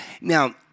Now-